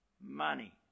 money